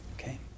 okay